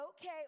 okay